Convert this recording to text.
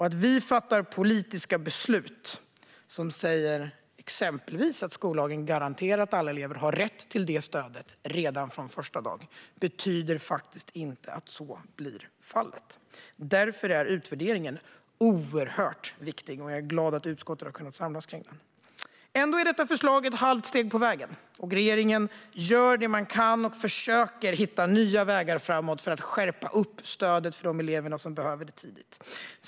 Att vi fattar politiska beslut som exempelvis säger att skollagen garanterar att alla elever har rätt till stöd redan från första dagen betyder faktiskt inte att så blir fallet. Därför är utvärderingen oerhört viktig. Jag är glad över att utskottet har kunnat samlas kring den. Ändå är detta förslag ett halvt steg på vägen. Regeringen gör det man kan och försöker hitta nya vägar framåt för att skärpa stödet för de elever som behöver det tidigt.